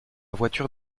voiture